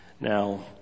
Now